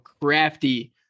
crafty